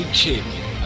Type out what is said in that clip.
champion